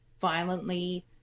violently